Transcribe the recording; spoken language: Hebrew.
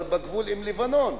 בגבול עם לבנון.